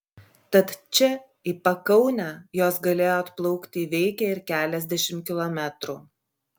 tad čia į pakaunę jos galėjo atplaukti įveikę ir keliasdešimt kilometrų